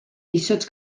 izotz